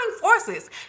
forces